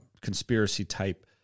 conspiracy-type